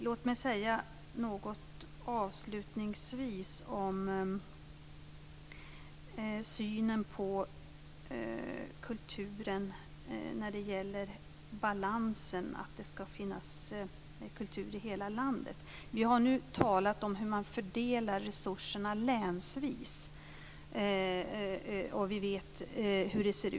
Låt mig avslutningsvis säga någonting om synen på kulturen när det gäller balansen, dvs. att det skall finnas kultur i hela landet. Vi har nu talat om hur man fördelar resurserna länsvis, och vi vet hur det ser.